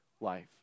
life